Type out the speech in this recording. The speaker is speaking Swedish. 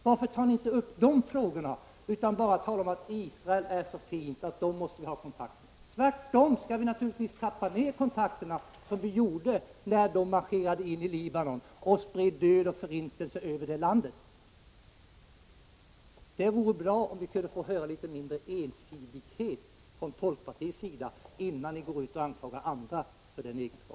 Varför tar ni inte upp de frågorna i stället för att bara tala om att Israel är så fint och att det landet måste vi ha kontakt med? Tvärtom skall vi naturligtvis trappa ned kontakterna, som vi gjorde när israeliska trupper marscherade in i Libanon och spred död och förintelse över det landet. Det vore bra om folkpartiet visade mindre av den ensidighet som ni anklagar andra för att visa.